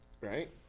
right